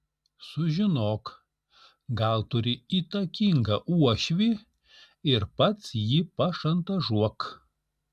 sužinok gal turi įtakingą uošvį ir pats jį pašantažuok